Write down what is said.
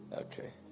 Okay